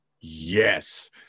Yes